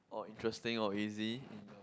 or interesting or easy